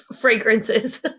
fragrances